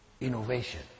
Innovation